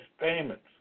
payments